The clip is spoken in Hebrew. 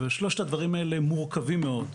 שלושת הדברים האלה מורכבים מאוד.